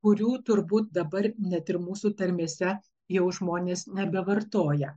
kurių turbūt dabar net ir mūsų tarmėse jau žmonės nebevartoja